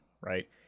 right